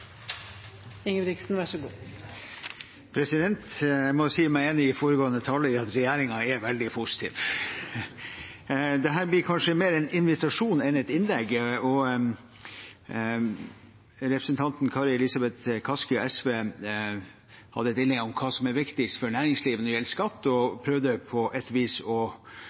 veldig positiv. Dette blir kanskje mer en invitasjon enn et innlegg. Representanten Kari Elisabeth Kaski fra SV hadde et innlegg om hva som er viktigst for næringslivet når det gjelder skatt, og prøvde på et vis å